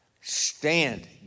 Stand